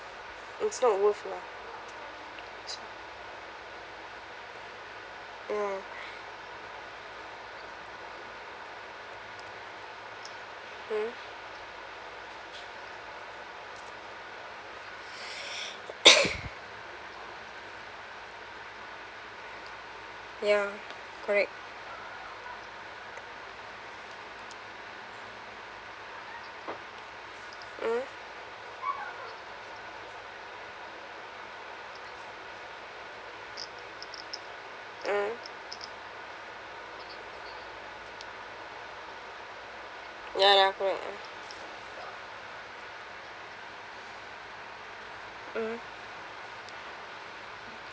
it's not worth [la] mm hmm ya correct mmhmm mmhmm ya lah correct ah mmhmm